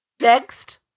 Next